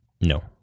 No